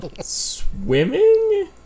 swimming